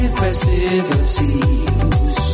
festivities